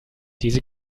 diese